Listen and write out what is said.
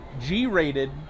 G-rated